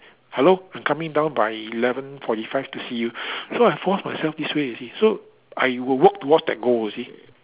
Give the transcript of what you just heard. hello I'm coming down by eleven forty five to see you so I force myself this way you see so I will walk towards the goal you see